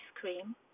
cream